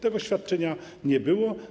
Tego świadczenia nie było.